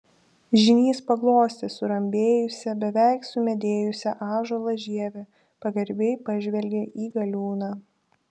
žynys paglostė surambėjusią beveik sumedėjusią ąžuolo žievę pagarbiai pažvelgė į galiūną